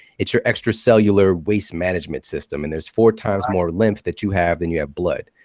it's your extra cellular waste management system. and there's four times more lymph that you have than you have blood,